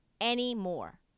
anymore